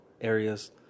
areas